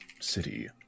city